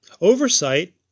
Oversight